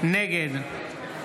נגד